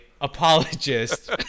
apologist